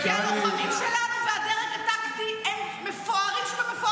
הלוחמים שלנו והדרג הטקטי הם המפוארים שבמפוארים,